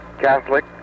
Catholic